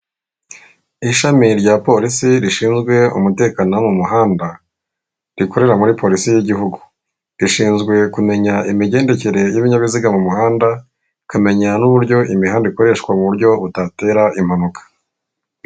Ishami rya polisi rishinzwe umutekano wo mu muhanda, rikorera muri polisi y'igihugu rishinzwe kumenya imigendekere y'ibinyabiziga mu muhanda, ikamenye n'uburyo imihanda ikoreshwa mu buryo butatera impanuka.